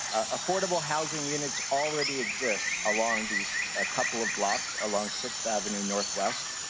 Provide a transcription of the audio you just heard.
affordable housing units already exist along these ah couple of blocks, along sixth avenue northwest.